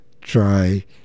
try